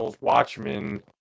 watchmen